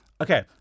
Okay